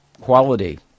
quality